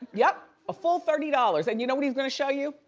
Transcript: yup a full thirty dollars and you know what he's gonna show you?